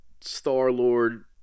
Star-Lord